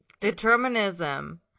determinism